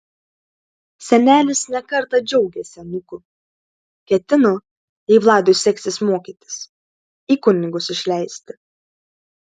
senelis ne kartą džiaugėsi anūku ketino jei vladui seksis mokytis į kunigus išleisti